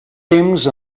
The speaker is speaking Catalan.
temps